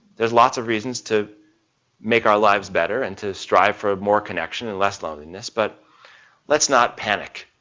there's lots of reasons to make our lives better and to strive for more connection and less loneliness but let's not panic,